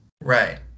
Right